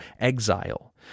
exile